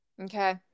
okay